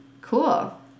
Cool